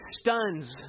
stuns